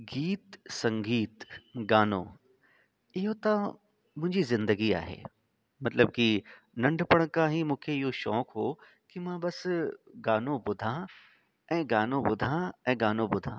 गीत संगीत गानो इहो त मुंहिंजी ज़िंदगी आहे मतलबु की नंढपण खां ई मूंखे इहो शौक़ु हुओ की मां बसि गानो ॿुधां ऐं गानो ॿुधां ऐं गानो ॿुधां